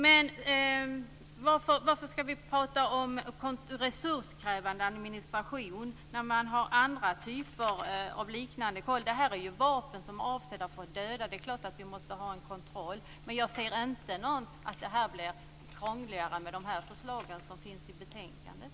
Men varför ska vi prata om resurskrävande administration när det finns andra typer av liknande koll? Det är ju fråga om vapen som är avsedda för att döda, så det är klart att vi måste ha en kontroll. Jag ser dock inte att det blir krångligare med förslagen i betänkandet.